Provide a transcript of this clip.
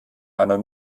einer